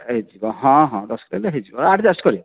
ହେଇଯିବ ହଁ ହଁ ଦଶ କିଲୋ ହେଇଯିବ ଆଡ଼ଜେଷ୍ଟ କରିବ